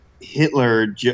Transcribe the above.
Hitler